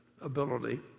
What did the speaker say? ability